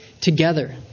together